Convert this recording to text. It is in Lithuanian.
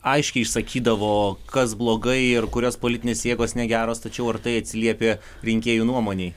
aiškiai išsakydavo kas blogai ir kurios politinės jėgos negeros tačiau ar tai atsiliepė rinkėjų nuomonei